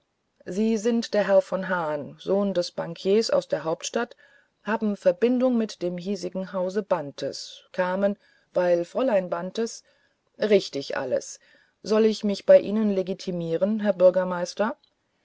sie sind der herr von hahn sohn des bankiers aus der hauptstadt haben verbindung mit dem hiesigen hause bantes kamen weil fräulein bantes richtig alles soll ich mich bei ihnen legitimieren herr bürgermeister